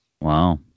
wow